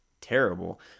terrible